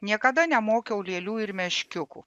niekada nemokiau lėlių ir meškiukų